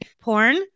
porn